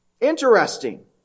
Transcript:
Interesting